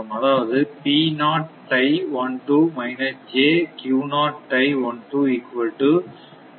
அதாவது